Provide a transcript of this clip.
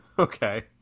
okay